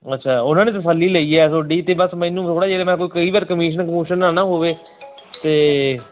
ਅੱਛਾ ਉਹਨਾਂ ਨੇ ਤਸੱਲੀ ਲਈ ਆ ਤੁਹਾਡੀ ਅਤੇ ਬਸ ਮੈਨੂੰ ਥੋੜ੍ਹਾ ਜਿਹਾ ਮੈਂ ਕੋਈ ਕਈ ਵਾਰ ਕਮਿਸ਼ਨ ਕਮੁਸ਼ਨ ਨਾ ਨਾ ਹੋਵੇ ਅਤੇ